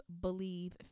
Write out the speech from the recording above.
Believe